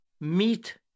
meet